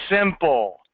simple